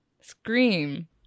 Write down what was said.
Scream